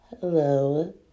hello